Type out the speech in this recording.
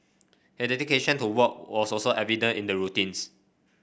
he dedication to work was also evident in the routines